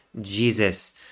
Jesus